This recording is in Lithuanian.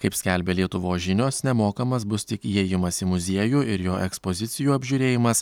kaip skelbia lietuvos žinios nemokamas bus tik įėjimas į muziejų ir jo ekspozicijų apžiūrėjimas